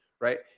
Right